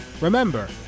Remember